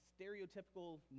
stereotypical